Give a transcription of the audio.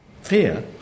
fear